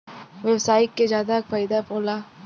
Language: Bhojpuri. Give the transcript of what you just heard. व्यवसायी के जादा फईदा होला